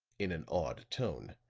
in an awed tone,